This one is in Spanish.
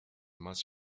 más